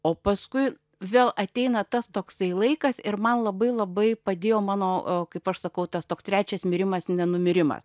o paskui vėl ateina tas toksai laikas ir man labai labai padėjo mano o kaip aš sakau tas toks trečias mirimas nenumirimas